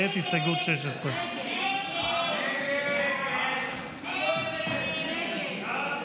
הסתייגות 16. הסתייגות 16 לא נתקבלה.